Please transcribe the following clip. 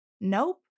Nope